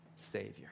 Savior